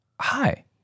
Hi